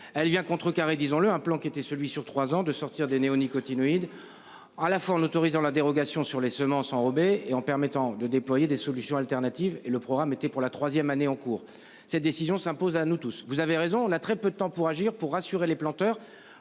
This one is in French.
Elle vient contrecarrer, disons-le, un plan qui était celui sur 3 ans de sortir des néonicotinoïdes. À la fois en autorisant la dérogation sur les semences enrobées et en permettant de déployer des solutions alternatives et le programme était pour la 3ème année en cours. Cette décision s'impose à nous tous. Vous avez raison, la très peu de temps pour agir pour rassurer les planteurs.